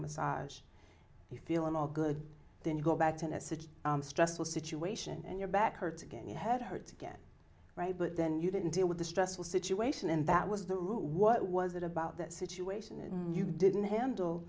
massage you feeling all good then you go back to a city stressful situation and you're back hurt again you had her to get right but then you didn't deal with the stressful situation and that was the rule what was it about that situation and you didn't handle